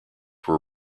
were